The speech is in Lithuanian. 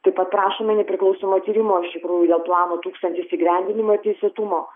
taip pat paprašome nepriklausomo tyrimo iš tikrųjų dėl plano tūkstantis įgyvendinimo teisėtumo